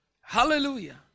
hallelujah